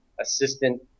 assistant